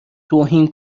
توهین